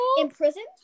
Imprisoned